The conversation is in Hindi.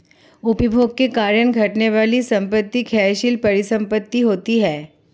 उपभोग के कारण घटने वाली संपत्ति क्षयशील परिसंपत्ति होती हैं